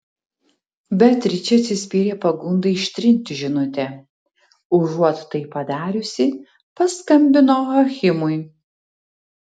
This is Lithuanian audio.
beatričė atsispyrė pagundai ištrinti žinutę užuot tai padariusi paskambino achimui